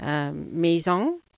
Maison